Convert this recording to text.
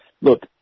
look